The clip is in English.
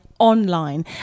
online